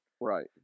Right